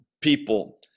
people